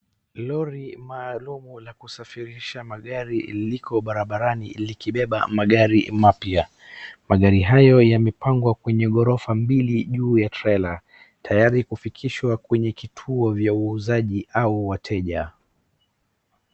Lori maalumu la kusafirisha magari liko barabarani likibeba magari mapya. Magari hayo yamepangwa kwenye ghorofa mbili juu ya trela tayari kufikishwa kwenye kituo vya uuzaji au wateja.